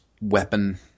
weapon